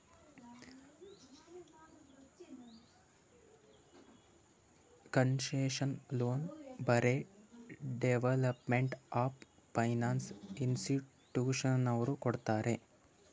concessional loan ಬರೇ development of finance ಇನ್ಸ್ಟಿಟ್ಯೂಷನದವ್ರು ಕೊಡ್ತಾರ್